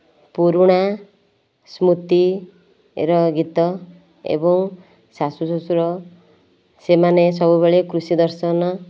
ପୁରୁଣା ସ୍ମୃତିର ଗୀତ ଏବଂ ଶାଶୁ ଶ୍ୱଶୁର ସେମାନେ ସବୁବେଳେ କୃଷି ଦର୍ଶନ